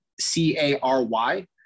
C-A-R-Y